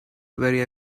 very